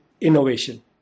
innovation